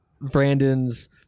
Brandon's